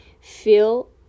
feel